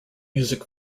music